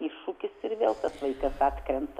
iššūkis ir vėl tas vaikas atkrenta